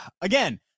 again